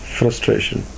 frustration